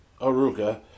Aruka